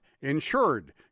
insured